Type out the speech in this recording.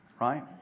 right